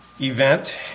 event